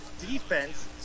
defense